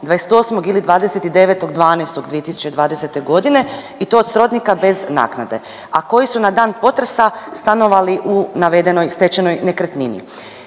28. ili 29.12.2020. godine i to od srodnika bez naknade, a koji su na dan potresa stanovali u navedenoj stečenoj nekretnini.